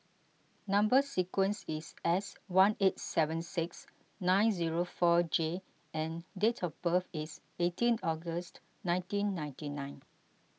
Number Sequence is S one eight seven six nine zero four J and date of birth is eighteen August nineteen ninety nine